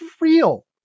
real